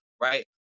right